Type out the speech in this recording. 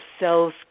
cells